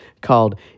called